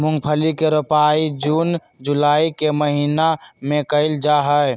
मूंगफली के रोपाई जून जुलाई के महीना में कइल जाहई